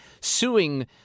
suing